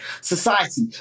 society